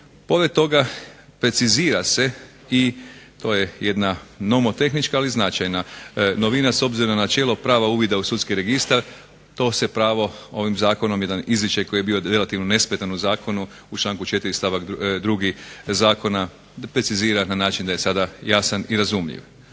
Pored toga precizira se i to je jedna nomotehnička ali značajna novina s obzirom na načelo prava uvida u sudski registar. To se pravo ovim zakonom, jedan izričaj koji je bio relativno nesmetan u zakonu u članku 4. stavak 2. zakona precizira na način da je sada jasan i razumljiv.